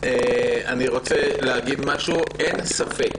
אני רוצה להגיד משהו: אין ספק